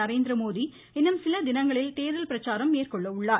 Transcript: நரேந்திரமோடி இன்னும் சில தினங்களில் தேர்தல் பிரச்சாரம் மேற்கொள்ள உள்ளார்